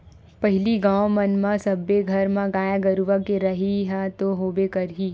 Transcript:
पहिली गाँव मन म सब्बे घर म गाय गरुवा के रहइ ह तो होबे करही